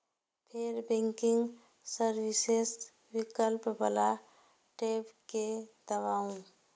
फेर banking services विकल्प बला टैब कें दबाउ